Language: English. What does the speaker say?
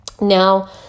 Now